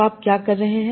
तो आप क्या कर रहे हैं